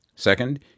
Second